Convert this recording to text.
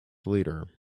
leader